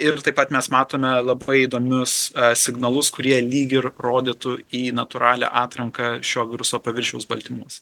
ir taip pat mes matome labai įdomius signalus kurie lyg ir rodytų į natūralią atranką šio viruso paviršiaus baltymuose